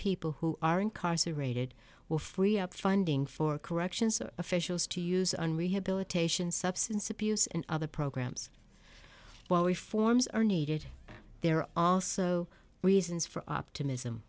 people who are incarcerated will free up funding for corrections or officials to use on rehabilitation substance abuse and other programs while we forms are needed there are also reasons for optimism